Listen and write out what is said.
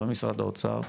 לא ממשרד האוצר,